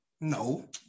No